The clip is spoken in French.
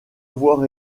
avoir